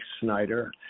Snyder